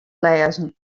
lêzen